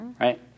right